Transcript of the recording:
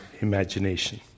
imagination